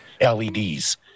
LEDs